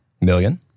Million